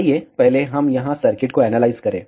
आइए पहले हम यहां सर्किट को एनालाइज करें